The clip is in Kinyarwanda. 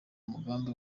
umugambi